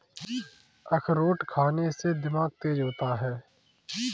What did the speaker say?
अखरोट खाने से दिमाग तेज होता है